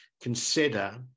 consider